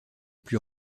plus